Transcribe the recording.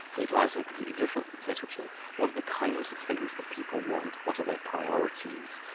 it lies in a completely different place, which are what are the kinds of things that people want? what are their priorities?